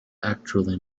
actually